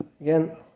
Again